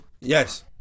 Yes